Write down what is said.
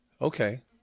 Okay